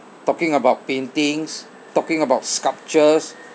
talking about paintings talking about sculptures